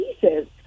pieces